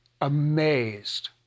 Amazed